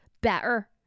better